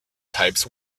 types